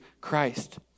Christ